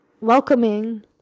welcoming